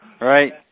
Right